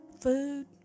food